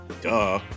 Duh